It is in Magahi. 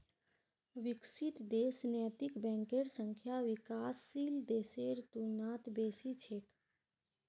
विकसित देशत नैतिक बैंकेर संख्या विकासशील देशेर तुलनात बेसी छेक